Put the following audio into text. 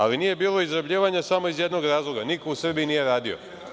Ali, nije bilo izrabljivanja samo iz jednog razloga, niko u Srbiji nije radio.